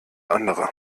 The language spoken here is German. andere